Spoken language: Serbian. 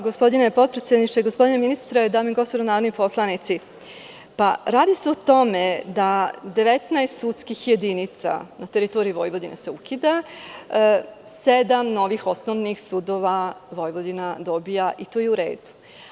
Gospodine ministre, dame i gospodo narodni poslanici, radi se o tome da 19 sudskih jedinica, n a teritoriji Vojvodine se ukida, a sedam novih osnovnih sudova, Vojvodina dobija i to je u redu.